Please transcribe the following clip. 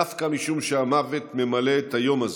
דווקא משום שהמוות ממלא את היום הזה,